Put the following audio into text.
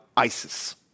ISIS